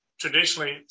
traditionally